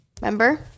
Remember